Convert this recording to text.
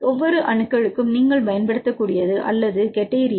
ஒவ்வொரு அணுக்களுக்கும் நீங்கள் பயன்படுத்தக்கூடியது அல்லது கெட்டேரியா